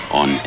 on